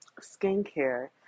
skincare